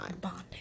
Bonding